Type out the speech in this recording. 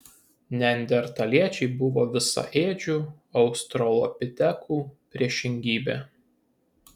neandertaliečiai buvo visaėdžių australopitekų priešingybė